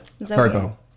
Virgo